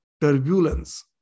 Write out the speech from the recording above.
turbulence